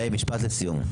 משפט לסיום.